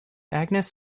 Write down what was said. agnes